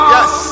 Yes